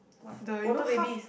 the you know half